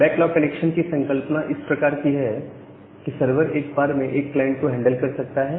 backlog connection की संकल्पना इस प्रकार है कि सर्वर एक बार में एक क्लाइंट को हैंडल कर सकता है